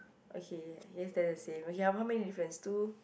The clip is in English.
okay I guess that's the same okay how many difference two